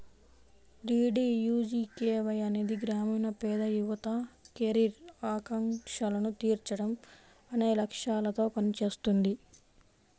DDUGKY అనేది గ్రామీణ పేద యువత కెరీర్ ఆకాంక్షలను తీర్చడం అనే లక్ష్యాలతో పనిచేస్తుంది